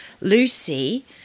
Lucy